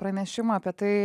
pranešimą apie tai